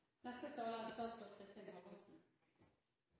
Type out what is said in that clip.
Neste taler er